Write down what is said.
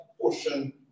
portion